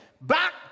back